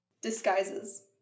Disguises